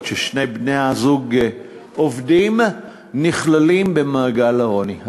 שבהן שני בני-הזוג עובדים נכללות במעגל העוני.